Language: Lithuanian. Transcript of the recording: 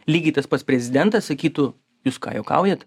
lygiai tas pats prezidentas sakytų jūs ką juokaujat